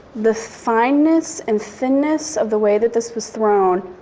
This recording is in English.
the fineness and thinness of the way that this was thrown,